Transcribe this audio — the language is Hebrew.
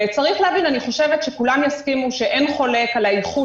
צריך להבין ואני חושבת שכולם יסכימו שאין חולק על האיכות